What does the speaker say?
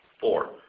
Four